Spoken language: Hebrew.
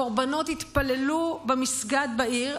הקורבנות התפללו במסגד בעיר,